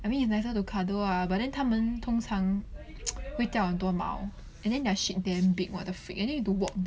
I mean it's nicer to cuddle lah but then 它们通常 会掉很多毛 and then their shit damn big what the freak and you need to walk them so you have to spend time to walk with them everyday